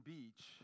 Beach